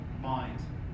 mind